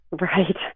Right